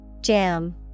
Jam